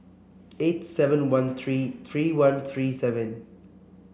eight seven one three three one three seven